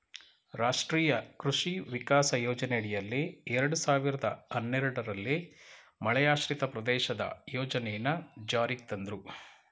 ರಾಷ್ಟ್ರೀಯ ಕೃಷಿ ವಿಕಾಸ ಯೋಜನೆಯಡಿಯಲ್ಲಿ ಎರಡ್ ಸಾವಿರ್ದ ಹನ್ನೆರಡಲ್ಲಿ ಮಳೆಯಾಶ್ರಿತ ಪ್ರದೇಶದ ಯೋಜನೆನ ಜಾರಿಗ್ ತಂದ್ರು